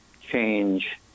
change